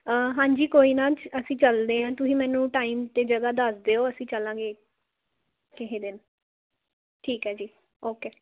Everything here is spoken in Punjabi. ਹਾਂਜੀ ਕੋਈ ਨਾ ਅ ਅਸੀਂ ਚੱਲਦੇ ਹਾਂ ਤੁਸੀਂ ਮੈਨੂੰ ਟਾਈਮ ਅਤੇ ਜਗ੍ਹਾ ਦੱਸ ਦਿਓ ਅਸੀਂ ਚੱਲਾਂਗੇ ਕਿਸੇ ਦਿਨ ਠੀਕ ਹੈ ਜੀ ਓਕੇ